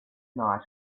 night